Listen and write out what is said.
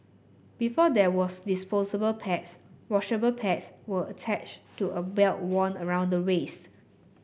before there was disposable pads washable pads were attached to a belt worn around the waist